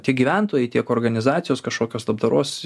tiek gyventojai tiek organizacijos kažkokios labdaros